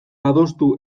adostu